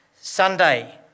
Sunday